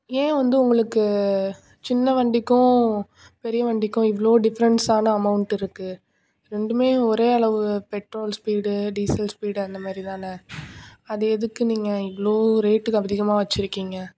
ஏன் வந்து உங்களுக்கு சின்ன வண்டிக்கும் பெரிய வண்டிக்கும் இவ்வளோ டிஃப்ரெண்ட்ஸான அமௌண்ட் இருக்குது ரெண்டுமே ஒரே அளவு பெட்ரோல் ஸ்பீடு டீசல் ஸ்பீடு அந்த மாதிரி தான் அது எதுக்கு நீங்கள் இவ்வளோ ரேட்டுக்கு அதிகமா வச்சிருக்கீங்க